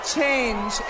change